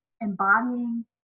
embodying